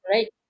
Right